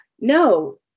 no